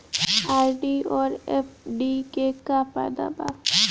RD आउर FD के का फायदा बा?